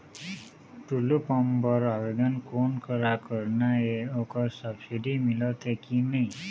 Tullu pump बर आवेदन कोन करा करना ये ओकर सब्सिडी मिलथे की नई?